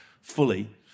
fully